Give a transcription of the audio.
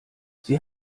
sie